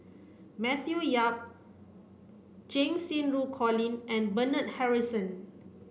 Matthew Yap Cheng Xinru Colin and Bernard Harrison